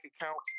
accounts